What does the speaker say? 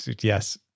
yes